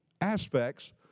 aspects